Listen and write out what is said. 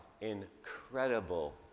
incredible